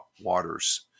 waters